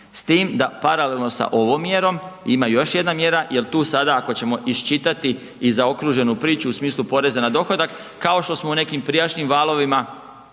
S tim da paralelno sa ovom mjerom ima još jedna mjera jer tu sada ako ćemo iščitati i zaokruženu priču u smislu porezna na dohodak, kao što smo u nekim prijašnjim valovima